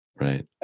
right